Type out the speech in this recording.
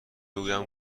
بگویم